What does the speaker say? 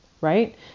right